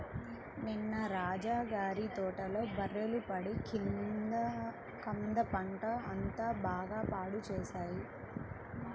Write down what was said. నిన్న రాజా గారి తోటలో బర్రెలు పడి కంద పంట అంతా బాగా పాడు చేశాయి